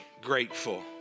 grateful